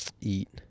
eat